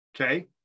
Okay